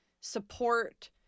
support